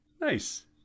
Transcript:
Nice